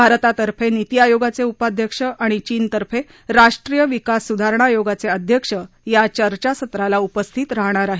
भारतातर्फे नीति आयोगाचे उपाध्यक्ष आणि चीनतर्फे राष्ट्रीय विकास आणि सुधारणा आयोगाचे अध्यक्ष या चर्चासत्राला उपस्थित राहणार आहेत